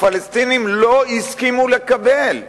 הפלסטינים לא הסכימו לקבל ואמרו: